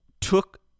Took